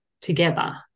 together